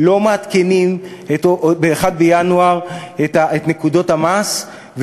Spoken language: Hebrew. לא מעדכנים ב-1 בינואר את מדרגות המס,